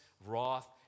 wrath